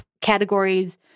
categories